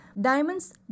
Diamonds